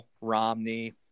romney